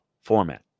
format